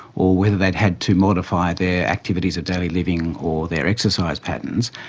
or whether they had had to modify their activities of daily living or their exercise patterns,